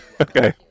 Okay